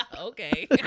okay